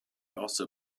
also